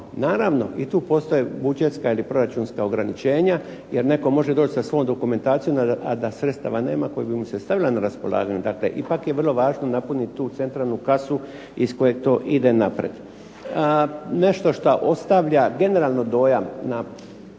Naravno i tu postoje budžetska ili proračunska ograničenja, jer netko može doći sa svom dokumentacijom a da sredstava nema koja bi mu se stavila na raspolaganje. Dakle ipak je vrlo važno napuniti tu centralnu kasu iz koje to ide naprijed. Nešto šta ostavlja generalno dojam, na